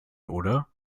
oder